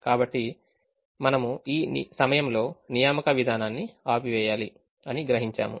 కాబట్టి మనము ఈ సమయంలో నియామక విధానాన్ని ఆపివేయాలి అని గ్రహించాము